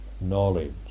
knowledge